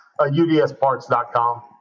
UDSparts.com